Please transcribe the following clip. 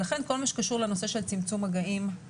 ולכן כל מה שקשור לנושא של צמצום מגעים,